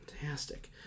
fantastic